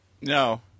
No